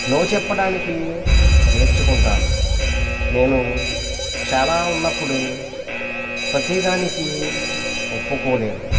no చెప్పడానికి నేర్చుకుంటాను నేను చాలా ఉన్నప్పుడు ప్రతిదానికి ఒప్పుకోలేను